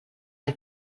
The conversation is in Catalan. que